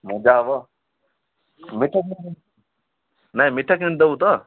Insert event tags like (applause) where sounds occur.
ମଜା ହେବ (unintelligible) ନାଇଁ ମିଠା କିଣି ଦେବୁ ତ